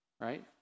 Right